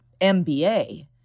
MBA